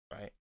right